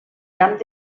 camp